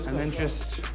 then just,